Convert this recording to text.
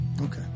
Okay